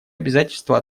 обязательства